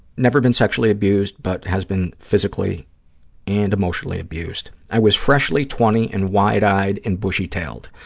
never been sexually abused but has been physically and emotionally abused. i was freshly twenty and wide-eyed and bushy-tailed.